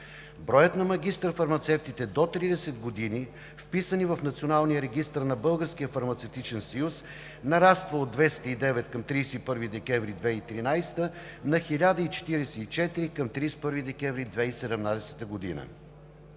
Броят на магистър-фармацевтите до 30 години, вписани в Националния регистър на Българския фармацевтичен съюз, нараства – от 209 към 31 декември 2013 г. на 1044 към 31 декември 2017 г.